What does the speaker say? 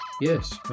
Yes